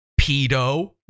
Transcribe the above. pedo